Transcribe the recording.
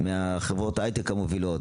מחברות ההייטק המובילות,